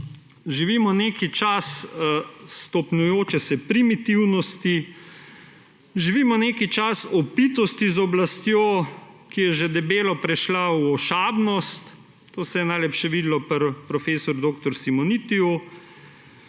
živimo neki čas stopnjujoče se primitivnosti, živimo neki čas opitosti z oblastjo, ki je že debelo prešla v ošabnost, to je se najlepše videlo pri prof. dr. Simonitiju,